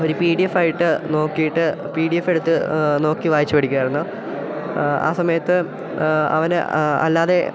ഒരു P D എഫായിട്ട് നോക്കിയിട്ട് പി ഡി എഫ് എടുത്ത് നോക്കി വായിച്ച് പഠിക്കുമായിരുന്നു ആ സമയത്ത് അവൻ അല്ലാതെ